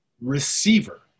receiver